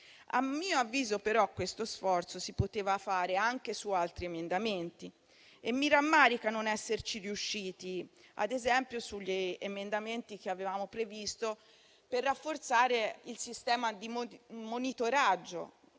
A mio avviso, però, questo sforzo si poteva fare anche su altri emendamenti e mi rammarica non esserci riusciti, ad esempio sugli emendamenti che avevamo previsto per rafforzare il sistema di monitoraggio